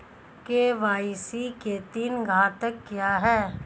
KYC के तीन घटक क्या हैं?